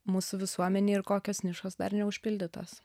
mūsų visuomenėj ir kokios nišos dar neužpildytos